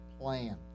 plan